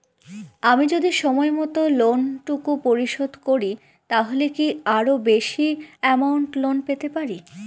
আমি যদি সময় মত লোন টুকু পরিশোধ করি তাহলে কি আরো বেশি আমৌন্ট লোন পেতে পাড়ি?